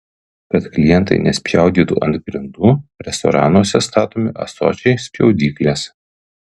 kad klientai nespjaudytų ant grindų restoranuose statomi ąsočiai spjaudyklės